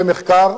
במחקר,